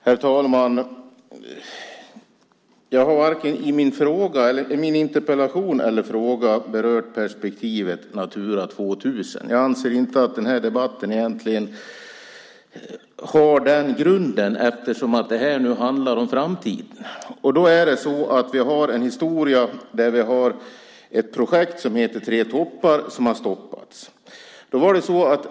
Herr talman! Jag har varken i min interpellation eller i min fråga berört Natura 2000. Jag anser inte att debatten egentligen har den grunden, eftersom det nu handlar om framtiden. Vi har en historia med ett projekt som heter Tre toppar och som har stoppats.